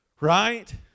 Right